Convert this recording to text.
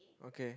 okay